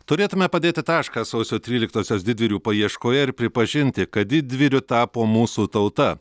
turėtume padėti tašką sausio tryliktosios didvyrių paieškoje ir pripažinti kad didvyriu tapo mūsų tauta